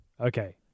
Okay